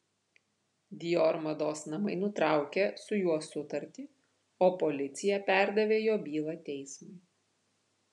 dior mados namai nutraukė su juo sutartį o policija perdavė jo bylą teismui